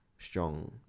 Strong